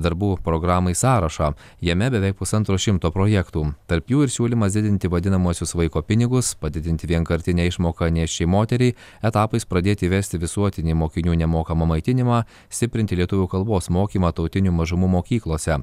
darbų programai sąrašą jame beveik pusantro šimto projektų tarp jų ir siūlymas didinti vadinamuosius vaiko pinigus padidinti vienkartinę išmoką nėščiai moteriai etapais pradėti įvesti visuotinį mokinių nemokamą maitinimą stiprinti lietuvių kalbos mokymą tautinių mažumų mokyklose